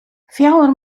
fjouwer